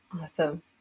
awesome